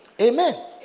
Amen